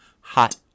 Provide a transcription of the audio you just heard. Hot